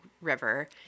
river